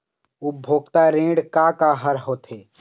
उपभोक्ता ऋण का का हर होथे?